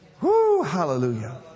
hallelujah